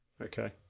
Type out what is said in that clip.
okay